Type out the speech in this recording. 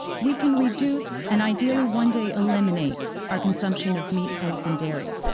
we can reduce and ideally one day eliminate our consumption of meat, eggs, and dairy.